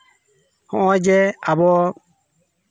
ᱦᱚᱸᱜᱼᱚᱭ ᱡᱮ ᱟᱵᱚ